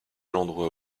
l’endroit